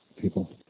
people